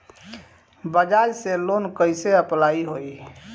बजाज से लोन कईसे अप्लाई होई?